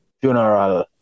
funeral